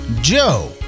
Joe